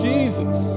Jesus